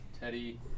Teddy